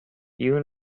you